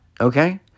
okay